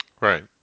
right